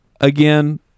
again